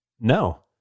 No